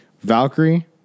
Valkyrie